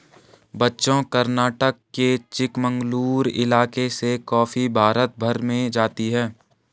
बच्चों कर्नाटक के चिकमंगलूर इलाके से कॉफी भारत भर में जाती है